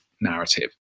narrative